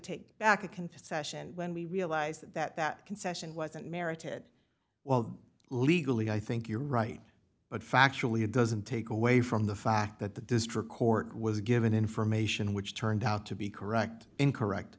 take back a concession when we realized that that concession wasn't merited well legally i think you're right but factually it doesn't take away from the fact that the district court was given information which turned out to be correct incorrect